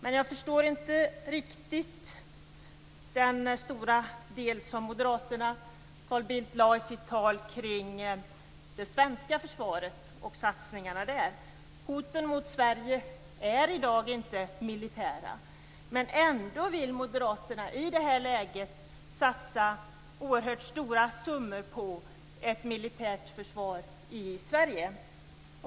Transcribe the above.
Men jag förstår inte riktigt den stora del som Carl Bildt i sitt tal ägnade det svenska försvaret och satsningarna där. Hoten mot Sverige är i dag inte militära, men ändå vill moderaterna i det här läget satsa oerhört stora summor på ett militärt försvar i Sverige.